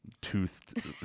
toothed